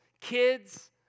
kids